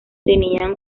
tenían